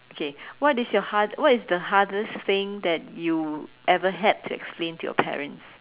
okay what is your hard what is the hardest thing that you ever had to explain to your parents